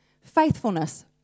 faithfulness